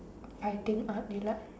fighting art you like